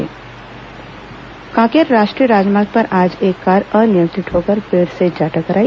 दर्घटना कांकेर राष्ट्रीय राजमार्ग पर आज एक कार अनियिंत्रत होकर पेड़ से जा टकराई